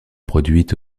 produite